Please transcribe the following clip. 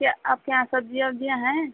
क्या आपके यहाँ सब्ज़ियाँ वब्जियाँ हैं